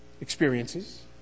experiences